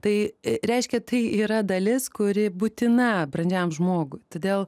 tai reiškia tai yra dalis kuri būtina brandžiam žmogui todėl